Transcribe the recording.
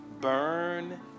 Burn